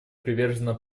привержена